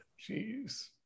jeez